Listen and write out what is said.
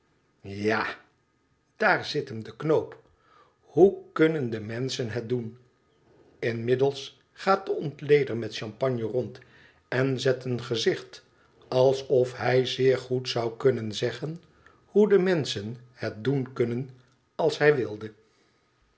ja i dddr zit em de knoop hoe kunnen de menschen het doen inmiddels gaat de ontleder met champagne rond en zet een gezicht alsof hij zeer goed zou kunnen zeggen hoe de menschen het doen kunnen als hij wilde